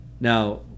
Now